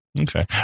Okay